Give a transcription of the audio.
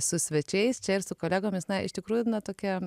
su svečiais čia ir su kolegomis na iš tikrųjų na tokia